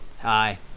Hi